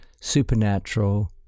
supernatural